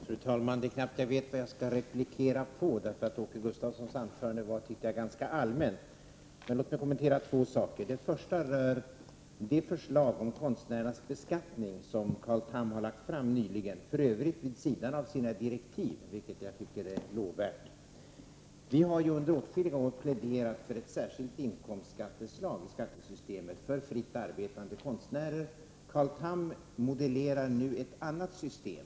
Fru talman! Det är knappt att jag vet vad jag skall replikera på, eftersom Åke Gustavssons anförande var ganska allmänt. Låt mig emellertid kommentera två saker. Den första rör det förslag om konstnärernas beskattning som Carl Tham har lagt fram nyligen, för övrigt vid sidan av sina direktiv, vilket jag tycker är lovvärt. Vi i folkpartiet har under åtskilliga år pläderat för ett särskilt inkomstskatteslag i skattesystemet för fritt arbetande konstnärer. Carl Tham modellerar nu ett annat system.